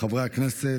חברי הכנסת,